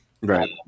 Right